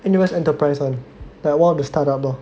N_U_S enterprise [one] like one of the start up lor